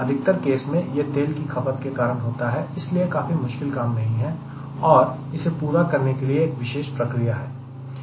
अधिकतर केस में यह तेल की खपत के कारण होता है इसलिए काफी मुश्किल काम नहीं है और इसे पूरा करने के लिए एक विशेष प्रक्रिया है